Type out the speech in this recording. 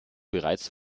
bereits